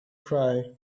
cry